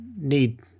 need